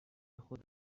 خود